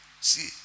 See